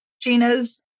Gina's